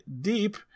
deep